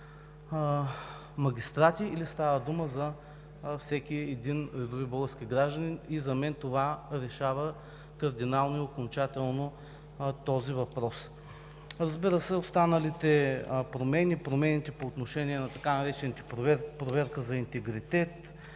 магистрати, или става дума за всеки редови български гражданин. За мен това решава кардинално и окончателно този въпрос. Разбира се, останалите промени – промените по отношение на така наречената проверка за интегритет,